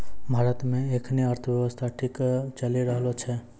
भारत मे एखनी अर्थव्यवस्था ठीक चली रहलो छै